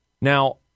Now